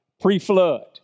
Pre-flood